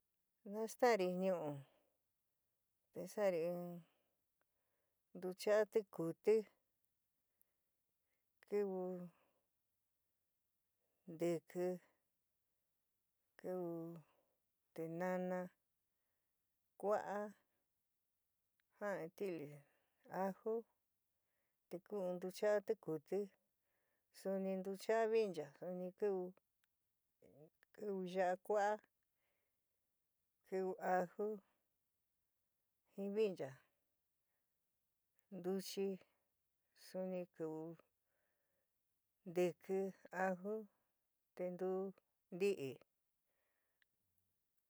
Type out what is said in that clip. Nastaanri ñuu te saari in ntuchaa tikuuti kiu ntiki, kiu tinana kuaa, jaaan in tili aju te kuu in ntuchaa tikuti suni ntuchaa vincha suni kiu kiu yaa kuaa kiu aju jin vincha ntuchi suni kiu, ntiki aju te ntuu ntii.